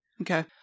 Okay